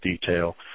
detail